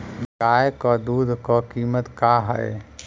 गाय क दूध क कीमत का हैं?